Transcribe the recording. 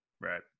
right